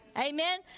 Amen